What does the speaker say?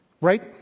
Right